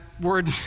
word